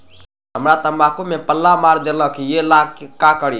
हमरा तंबाकू में पल्ला मार देलक ये ला का करी?